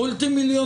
מולטי מיליונר.